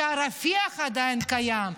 שרפיח עדיין קיימת,